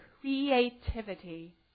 creativity